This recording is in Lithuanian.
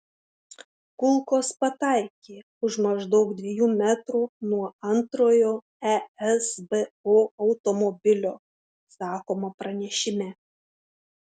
kulkos pataikė už maždaug dviejų metrų nuo antrojo esbo automobilio sakoma pranešime